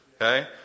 Okay